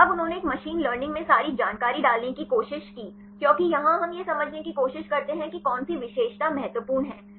तो अब उन्होंने एक मशीन लर्निंग में सारी जानकारी डालने की कोशिश की क्योंकि यहाँ हम यह समझने की कोशिश करते हैं कि कौन सी विशेषता महत्वपूर्ण है